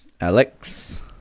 Alex